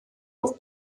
auf